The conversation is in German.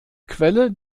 quelle